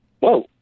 whoa